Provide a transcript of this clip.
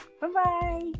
Bye-bye